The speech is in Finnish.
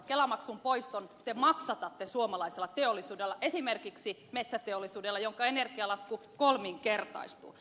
kelamaksun poiston te maksatatte suomalaisella teollisuudella esimerkiksi metsäteollisuudella jonka energialasku kolminkertaistui